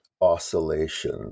oscillation